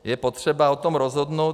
Je potřeba o tom rozhodnout.